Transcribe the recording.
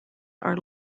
are